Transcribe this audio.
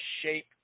shape